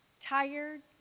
tired